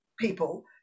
people